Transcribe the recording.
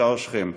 בשער שכם.